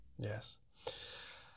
Yes